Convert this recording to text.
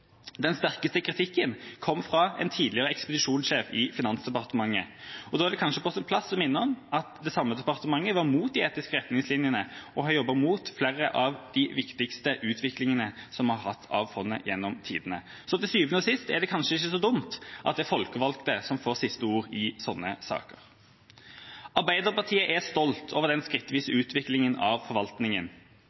Den sterkeste kritikken kom fra en tidligere ekspedisjonssjef i Finansdepartementet, og da er det kanskje på sin plass å minne om at det samme departementet var imot de etiske retningslinjene, og har jobbet imot flere av de viktigste utviklingene som vi har hatt av fondet gjennom tidene. Til syvende og sist er det kanskje ikke så dumt at det er de folkevalgte som får siste ord i slike saker. Arbeiderpartiet er stolt av den skrittvise utviklinga av